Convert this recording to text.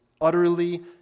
utterly